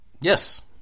Yes